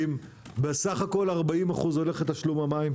וסך הכול 40% הולך לתשלום המים,